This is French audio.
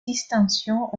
distinction